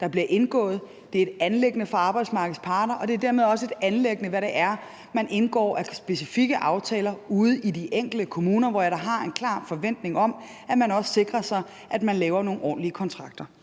der bliver indgået, er et anliggende for arbejdsmarkedets parter, og det er dermed også et anliggende for dem, hvad det er, man indgår af specifikke aftaler ude i de enkelte kommuner, hvor jeg da har en klar forventning om, at man også sikrer sig, at man laver nogle ordentlige kontrakter.